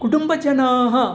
कुटुम्बजनाः